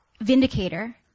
vindicator